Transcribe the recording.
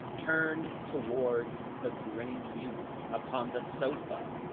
turned towards the grinning youth upon the sofa.